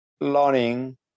learning